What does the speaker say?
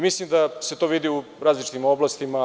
Mislim da se to vidi u različitim oblastima.